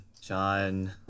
John